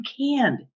canned